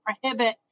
prohibit